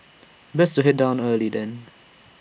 best to Head down early then